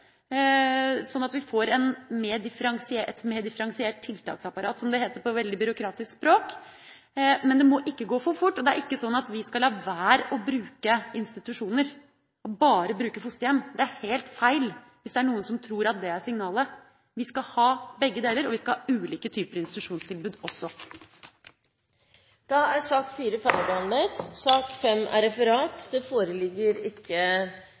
sånn at vi får et mer differensiert tiltaksapparat, som det heter på veldig byråkratisk språk. Men det må ikke gå for fort. Og det er ikke sånn at vi skal la være å bruke institusjoner, og bare bruke fosterhjem. Det er helt feil, hvis det er noen som tror at det er det som er signalet. Vi skal ha begge deler, og vi skal ha ulike typer institusjonstilbud også. Dermed er sak nr. 4 ferdigbehandlet. Det foreligger ikke noe referat.